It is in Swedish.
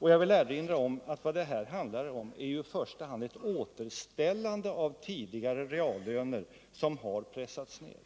Jag vill erinra om att vad det handlar om är i första hand ett återställande av tidigare reallöner, som har pressats ned.